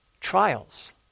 Trials